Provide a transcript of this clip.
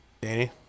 Danny